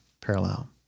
parallel